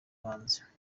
hanze